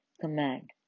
command